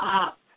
up